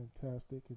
fantastic